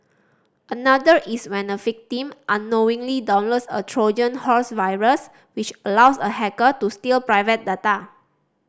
another is when a victim unknowingly downloads a Trojan horse virus which allows a hacker to steal private data